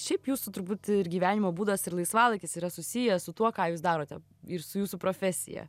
šiaip jūsų turbūt gyvenimo būdas ir laisvalaikis yra susiję su tuo ką jūs darote ir su jūsų profesija